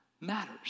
matters